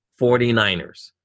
49ers